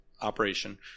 operation